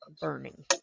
burning